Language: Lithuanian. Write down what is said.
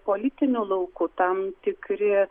politiniu lauku tam tikri